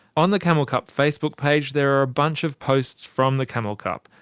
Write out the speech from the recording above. on the camel cup facebook page there are a bunch of posts from the camel cup.